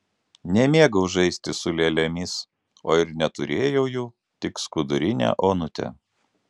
nemėgau žaisti su lėlėmis o ir neturėjau jų tik skudurinę onutę